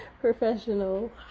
professional